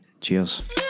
Cheers